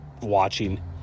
watching